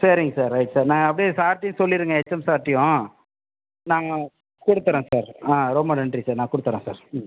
சேரிங்க sir right sir நான் அப்படியே சார்டையும் சொல்லிடுங்கள் ஹெச்எம் சார்ட்டையும் நாங்கள் கொடுத்துட்றேன் சார் ஆ ரொம்ப நன்றி சார் நான் கொடுத்துட்றேன் சார்